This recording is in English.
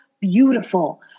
beautiful